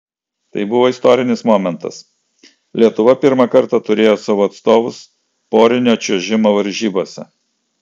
tai buvo istorinis momentas lietuva pirmą kartą turėjo savo atstovus porinio čiuožimo varžybose